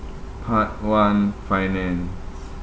part one finance